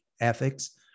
ethics